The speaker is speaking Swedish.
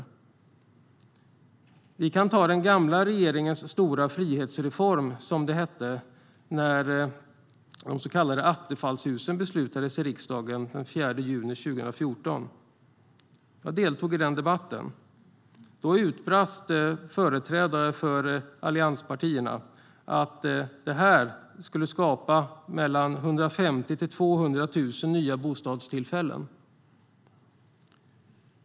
Som exempel kan vi ta den gamla regeringens stora "frihetsreform", som det hette när riksdagen beslutade om de så kallade Attefallshusen den 4 juni 2014. Jag deltog i den debatten. Då utbrast företrädare för allianspartierna att det skulle "skapa 150 000-200 000 nya bostadstillfällen".